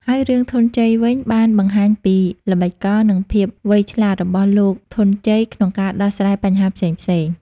ហើយរឿង ធនញ្ជ័យវិញ បានបង្ហាញពីល្បិចកល និងភាពវៃឆ្លាតរបស់លោកធនញ្ជ័យក្នុងការដោះស្រាយបញ្ហាផ្សេងៗ។